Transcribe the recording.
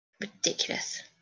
Ridiculous